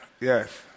yes